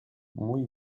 mój